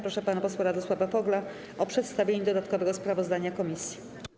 Proszę pana posła Radosława Fogla o przedstawienie dodatkowego sprawozdania komisji.